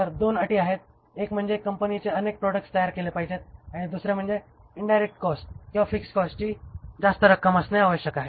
तर दोन अटी आहेत एक म्हणजे कंपनीने अनेक प्रॉडक्ट तयार केले पाहिजेत आणि दुसरे म्हणजे इन्डायरेक्ट कॉस्ट किंवा फिक्स्ड कॉस्टची जास्त रक्कम असणे आवश्यक आहे